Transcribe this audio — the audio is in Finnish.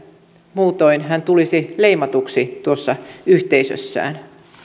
muutoin hän tulisi leimatuksi tuossa yhteisössään